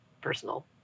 personal